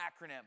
acronym